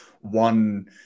one